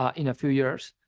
ah in a few years,